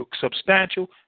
substantial